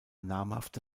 namhafte